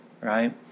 right